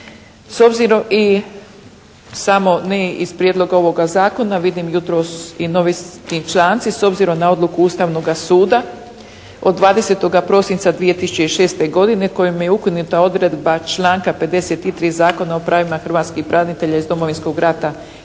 S obzirom i samo ne iz prijedloga ovoga zakona vidim jutros i novinski članci, s obzirom na odluku Ustavnoga suda od 20. prosinca 2006. godine, kojim je ukinuta odredba članka 53. Zakona o pravima hrvatskih branitelja iz Domovinskog rata i članova